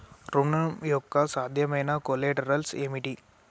ఋణం యొక్క సాధ్యమైన కొలేటరల్స్ ఏమిటి?